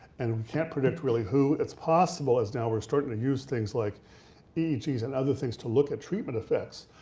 and we can't predict really who. it's possible as now we're starting to use things like eegs and other things to look at treatment effects,